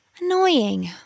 Annoying